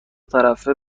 طرفه